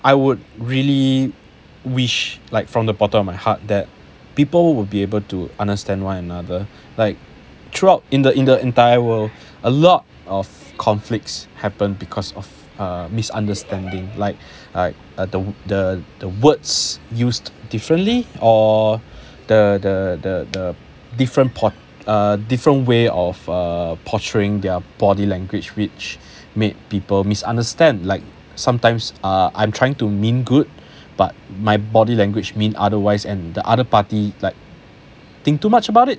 I would really wish like from the bottom of my heart that people will be able to understand one another like throughout in the in the entire world a lot of conflicts happen because of a misunderstanding like like uh the the the words used differently or the the the the different point the different way of err portraying their body language which made people misunderstand like sometimes uh I'm trying to mean good but my body language mean otherwise and the other party like think too much about it